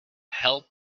hell